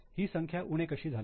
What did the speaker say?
ही संख्या उणे कशी झाली